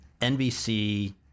NBC